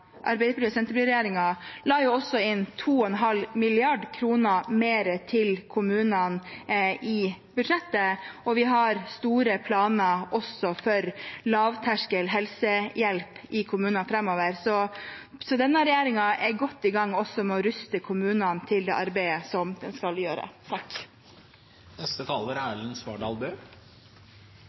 kommunene i budsjettet, og vi har store planer også for lavterskel helsehjelp i kommunene framover. Så denne regjeringen er godt i gang også med å ruste kommunene til det arbeidet de skal gjøre. Hver dag står helsepersonell overfor prioriteringsbeslutninger om hvem som skal få, og hvem som må vente på å få helsehjelp. Det er